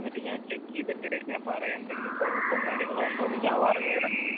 എന്നിട്ട് ഞാൻ ചെക്ക് ചെയ്തിട്ട് ഞാൻ പറയാം എന്തെങ്കിലും കുഴപ്പമോ കാര്യങ്ങളോ ഉണ്ടോ എന്ന് ഞാൻ പറഞ്ഞുതരാം